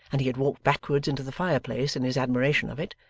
and he had walked backwards into the fire-place in his admiration of it,